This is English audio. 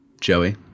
Joey